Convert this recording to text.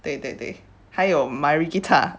对对对还有 mari kita